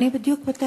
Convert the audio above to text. אני בדיוק בטקסט.